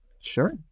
Sure